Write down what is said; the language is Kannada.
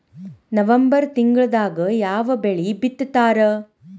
ನವೆಂಬರ್ ತಿಂಗಳದಾಗ ಯಾವ ಬೆಳಿ ಬಿತ್ತತಾರ?